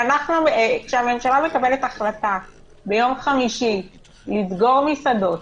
כשהממשלה מקבלת החלטה ביום חמישי לסגור מסעדות,